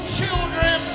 children